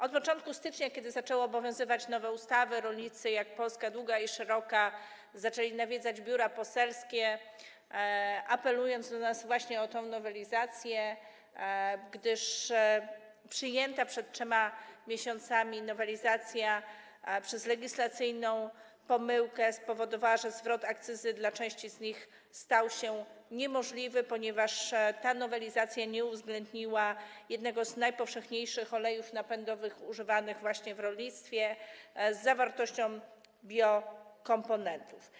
Od początku stycznia, kiedy zaczęły obowiązywać nowe ustawy, rolnicy, jak Polska długa i szeroka, zaczęli nawiedzać biura poselskie, apelując do nas o tę nowelizację, gdyż przyjęta przed 3 miesiącami nowelizacja przez legislacyjną pomyłkę spowodowała, że zwrot akcyzy w przypadku części z nich stał się niemożliwy, ponieważ ta nowelizacja nie uwzględniła jednego z najpowszechniejszych olejów napędowych używanych w rolnictwie: z zawartością biokomponentów.